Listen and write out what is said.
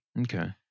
Okay